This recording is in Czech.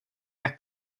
jak